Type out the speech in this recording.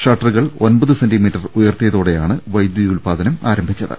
ഷട്ടറുകൾ ഒൻപത് സെന്റീമീറ്റർ ഉയർത്തിയതോടെയാണ് വൈദ്യുതിഉത്പാദനം ആരംഭിച്ചത്